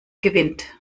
gewinnt